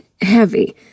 heavy